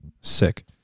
Sick